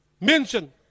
Mention